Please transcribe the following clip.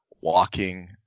walking